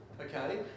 okay